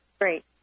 Great